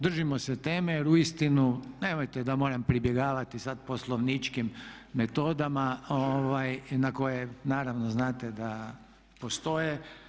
Držimo se teme jer uistinu nemojte da moram pribjegavati sada poslovničkim metodama na koje naravno znate da postoje.